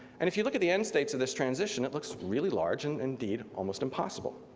and if you look at the end states of this transition it looks really large and indeed almost impossible.